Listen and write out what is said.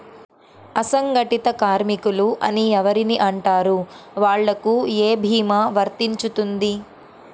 అసంగటిత కార్మికులు అని ఎవరిని అంటారు? వాళ్లకు ఏ భీమా వర్తించుతుంది?